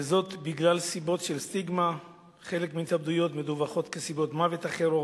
וזה כי בגלל סטיגמה חלק מההתאבדויות מדווחות כמוות מסיבות אחרות.